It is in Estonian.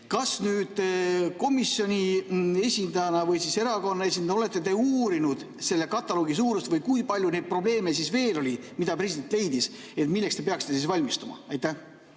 Kas nüüd komisjoni esindajana või erakonna esindajana olete te uurinud selle kataloogi suurust või kui palju neid probleeme veel oli, mida president leidis ja milleks te peaksite valmistuma? Aitäh!